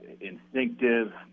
instinctive